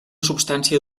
substància